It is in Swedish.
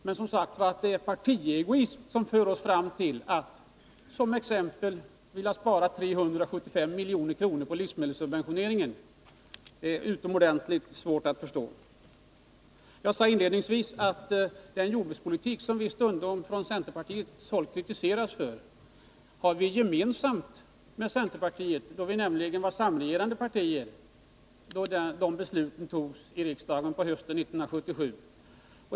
Men, som sagt, att det är partiegoism som gör att vi vill spara exempelvis 375 milj.kr. på livsmedelssubventionering är utomordentligt svårt att förstå. Jag sade inledningsvis att den jordbrukspolitik som vi stundom från centerpartiets håll kritiseras för har vi gemensam med centerpartiet, då vi nämligen var samregerande partier när de besluten fattades i riksdagen på hösten 1977.